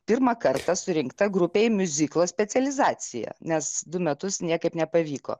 pirmą kartą surinkta grupė į miuziklo specializaciją nes du metus niekaip nepavyko